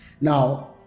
Now